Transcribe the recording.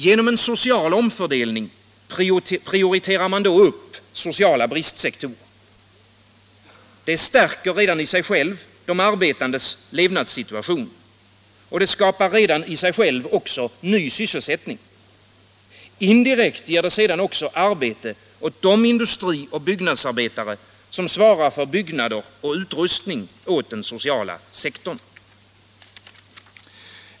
Genom en social omfördelning prioriterar man upp sociala bristsektorer. Detta stärker redan i sig självt de arbetandes levnadssituation, och det skapar ny sysselsättning. Det ger indirekt också arbete åt de industrioch byggnadsarbetare som svarar för byggnader och utrustning åt den sociala sektorn.